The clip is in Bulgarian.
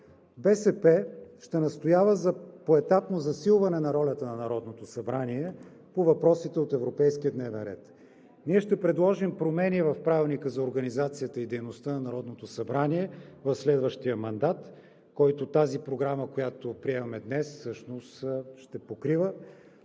БСП ще настоява за поетапно засилване на ролята на Народното събрание по въпросите от европейския дневен ред. Ние ще предложим промени в Правилника за организацията и дейността на Народното събрание в следващия мандат, който тази програма, която приемаме днес, всъщност ще покрива,